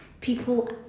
people